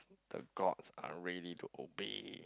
the gods are ready to obey